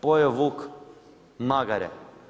Pojeo vuk magare.